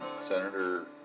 Senator